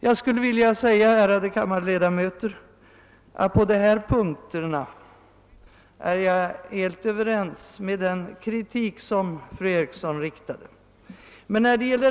Jag ansluter mig, ärade kammarledamöter, på dessa punkter helt till den kritik som fru Eriksson i Stockholm framförde.